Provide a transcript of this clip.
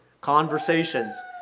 conversations